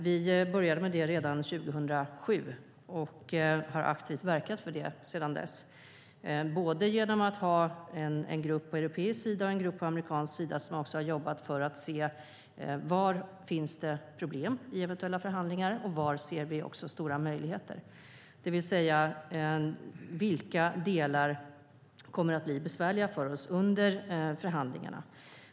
Vi började redan 2007 och har verkat aktivt för det sedan dess både genom att ha en grupp på europeisk sida och en grupp på amerikansk sida som har jobbat för att se var vi ser såväl stora möjligheter som vilka delar som kommer att bli besvärliga för oss under förhandlingarna.